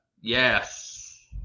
Yes